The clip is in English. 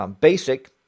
basic